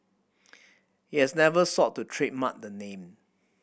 he has never sought to trademark the name